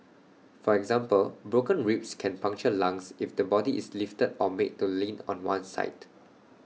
for example broken ribs can puncture lungs if the body is lifted or made to lean on one side